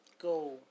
go